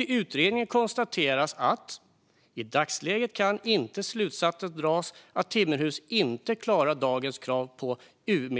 I utredningen konstateras att "i dagsläget kan inte slutsatsen dras att timmerhus inte klarar dagens krav på Um